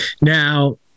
Now